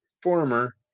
former